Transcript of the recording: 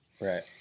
Right